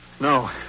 No